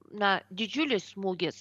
na didžiulis smūgis